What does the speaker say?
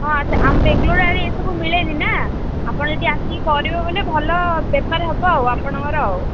ହଁ ଆଚ୍ଛା ଆମ ବେଙ୍ଗଲୋର ଆଡ଼େ ଏସବୁ ମିଳେନି ନା ଆପଣ ଏଠି ଆସି କରିବେ ବୋଲେ ଭଲ ବେପାର ହେବ ଆଉ ଆପଣଙ୍କର ଆଉ